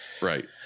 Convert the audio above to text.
Right